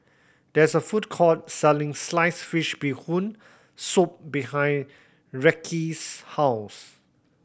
there is a food court selling sliced fish Bee Hoon Soup behind Reece's house